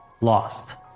lost